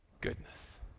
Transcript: goodness